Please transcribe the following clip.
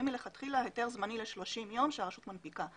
מלכתחילה יהיה היתר זמני ל-30 ימים שהרשות מנפיקה.